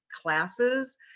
classes